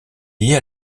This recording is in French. liée